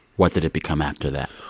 what did it become after that?